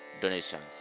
donations